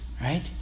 right